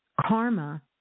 Karma